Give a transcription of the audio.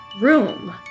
room